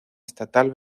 estatal